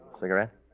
Cigarette